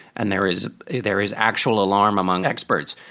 and there is a there is actual alarm among experts.